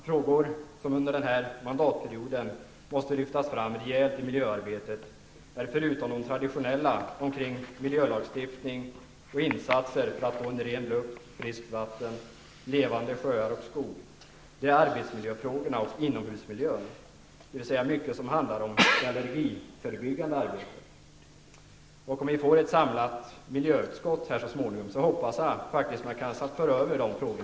Frågor som under den här mandatperioden måste lyftas fram rejält i miljöarbetet är, förutom de traditionella frågorna kring miljölagstiftning och insatser för att få ren luft och friskt vatten samt levande sjöar och skogar, är arbetsmiljöfrågorna och frågor som gäller inomhusmiljön, dvs. mycket sådant som handlar om det allergiförebyggande arbetet. Jag hoppas att de frågorna, om vi så småningom får ett samlat miljöutskott, kan föras över till detta.